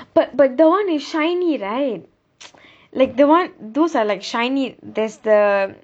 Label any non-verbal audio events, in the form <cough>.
but but the [one] is shiny right <noise> like the [one] those are like shiny there's the